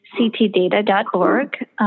ctdata.org